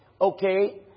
okay